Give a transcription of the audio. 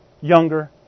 younger